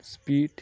speed